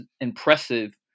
impressive